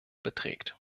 beträgt